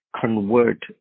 convert